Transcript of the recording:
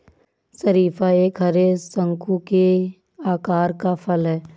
शरीफा एक हरे, शंकु के आकार का फल है